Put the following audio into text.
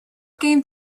game